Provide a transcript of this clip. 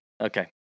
Okay